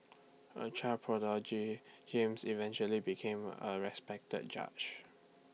A child prodigy James eventually became A respected judge